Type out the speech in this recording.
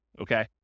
okay